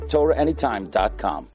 TorahAnytime.com